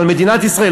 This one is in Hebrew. על מדינת ישראל,